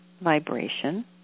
vibration